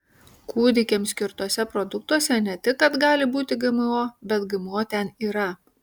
kūdikiams skirtuose produktuose ne tik kad gali būti gmo bet gmo ten yra